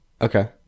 Okay